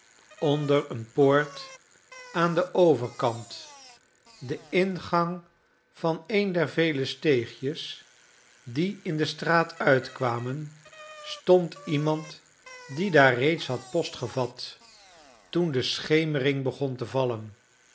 onder eene poort aan den overkant de ingang van een der vele steegjes die in de straat uitkwamen stond iemand die daar reeds had post gevat toen de schemering begon te vallen